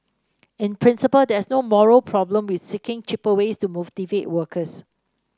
in principle there is no moral problem with seeking cheaper ways to motivate workers